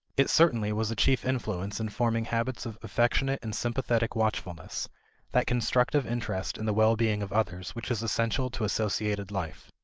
it certainly was a chief influence in forming habits of affectionate and sympathetic watchfulness that constructive interest in the well-being of others which is essential to associated life.